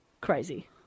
crazy